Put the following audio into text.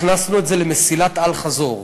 הכנסנו את זה למסילת אל-חזור.